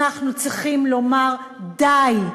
אנחנו צריכים לומר די.